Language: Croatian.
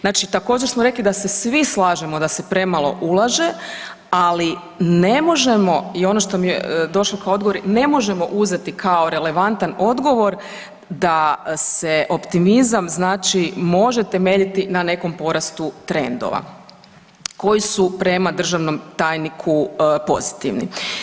Znači također smo rekli da se svi slažemo da se premalo ulaže, ali ne može i ono što mi je došlo kao odgovor, ne možemo uzeti kao relevantan odgovor da se optimizam znači može temeljiti na nekom porastu trendova koji su prema državnom tajniku pozitivni.